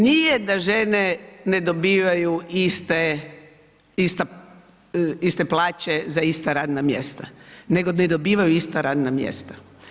Nije da žene ne dobivaju iste plaća za ista radna mjesta, nego ne dobivaju ista radna mjesta.